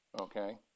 Okay